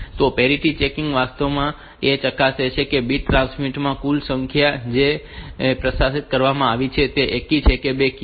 તો parity checking વાસ્તવમાં એ ચકાસે છે કે બીટ સ્ટ્રીમ માં 1 ની કુલ સંખ્યા જે પ્રસારિત કરવામાં આવી છે તે એકી છે કે બેકી છે